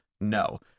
No